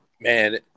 man